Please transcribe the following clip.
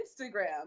Instagram